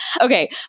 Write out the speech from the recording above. Okay